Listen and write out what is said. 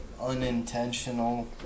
unintentional